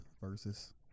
versus